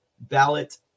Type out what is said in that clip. ballot